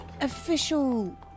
official